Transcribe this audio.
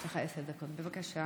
יש לך עשר דקות, בבקשה.